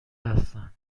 هستن